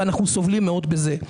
ואנחנו סובלים מאוד בזה.